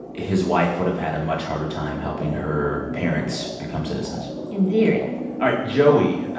his wife would have had a much harder time helping her parents become citizens in theory all right. joey,